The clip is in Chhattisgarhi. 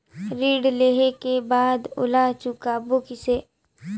ऋण लेहें के बाद ओला चुकाबो किसे?